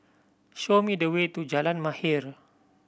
show me the way to Jalan Mahir